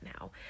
now